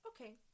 okay